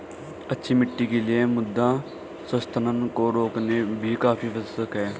अच्छी मिट्टी के लिए मृदा संघनन को रोकना भी काफी आवश्यक है